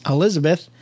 Elizabeth